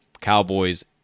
Cowboys